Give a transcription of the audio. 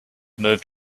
moved